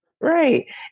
Right